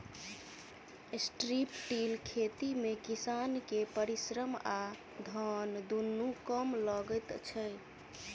strip till खेती मे किसान के परिश्रम आ धन दुनू कम लगैत छै